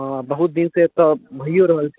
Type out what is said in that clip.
बहुत दिनसँ एतय भैयो रहल छै